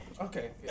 okay